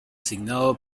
asignado